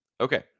Okay